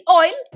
oil